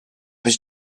his